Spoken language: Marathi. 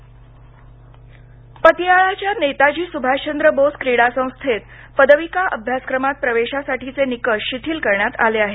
क्रीडा प्रशिक्षण पतियाळाच्या नेताजी सुभाषचंद्र बोस क्रीडा संस्थेत पदविका अभ्यासक्रमात प्रवेशासाठीचे निकष शिथिल करण्यात आले आहेत